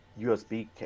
USB